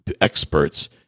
experts